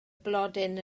blodyn